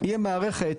תהיה מערכת,